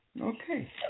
Okay